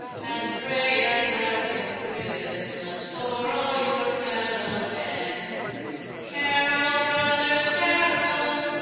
and pray a gladsome christmas for all your fellow-men carol, brothers, carol,